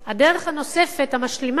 הדרך הנוספת, המשלימה,